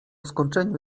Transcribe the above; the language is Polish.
skończeniu